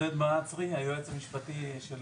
היועץ המשפטי של